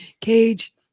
Cage